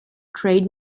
trade